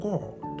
God